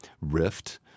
rift